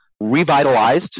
revitalized